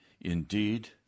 indeed